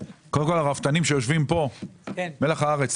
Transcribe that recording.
הרפתנים שיושבים פה הם מלח הארץ,